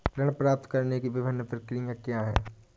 ऋण प्राप्त करने की विभिन्न प्रक्रिया क्या हैं?